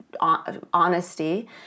honesty